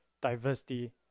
diversity